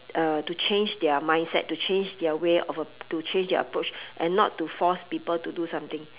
uh to change their mindset to change their way of to change their approach and not to force people to do something